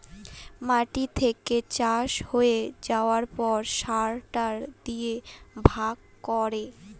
মাটি থেকে চাষ হয়ে যাবার পর সরটার দিয়ে ভাগ করে